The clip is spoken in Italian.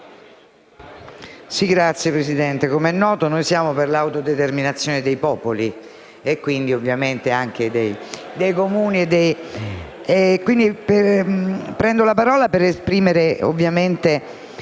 Signor Presidente, come è noto, noi siamo per l'autodeterminazione dei popoli e quindi, ovviamente, anche dei Comuni.